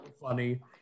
Funny